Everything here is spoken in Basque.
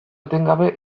etengabe